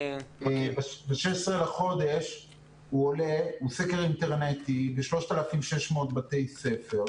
הוא סקר אינטרנטי ב-3,600 בתי ספר,